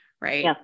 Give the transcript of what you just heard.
right